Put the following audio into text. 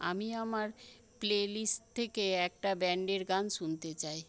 আমি আমার playlist থেকে একটা ব্যান্ডের গান শুনতে চাই